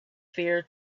fear